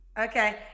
Okay